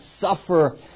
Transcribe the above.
suffer